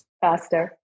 Faster